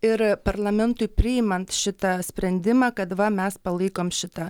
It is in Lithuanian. ir parlamentui priimant šitą sprendimą kad va mes palaikom šitą